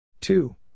Two